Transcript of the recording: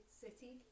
city